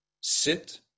sit